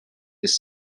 this